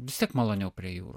vis tiek maloniau prie jų